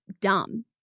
dumb